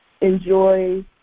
enjoy